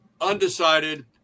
undecided